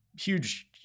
huge